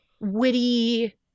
witty